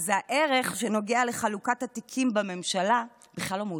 אז הערך שנוגע לחלוקת התיקים בממשלה בכלל לא מעודכן.